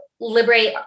liberate